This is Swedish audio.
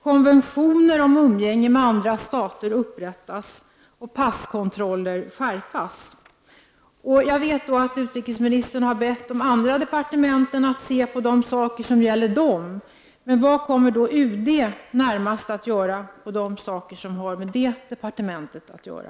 Konventioner om umgänget med andra stater måste upprättas. Dessutom måste passkontrollerna skärpas. Jag vet att utrikesministern har bett andra berörda departement att se på de saker som gäller dem. Men vad kommer UD närmast att göra när det gäller de saker som har med detta departement att göra?